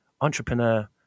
entrepreneur